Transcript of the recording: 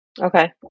Okay